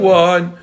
one